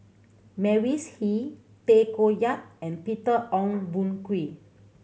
Mavis Hee Tay Koh Yat and Peter Ong Boon Kwee